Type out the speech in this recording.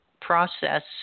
process